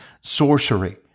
sorcery